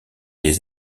les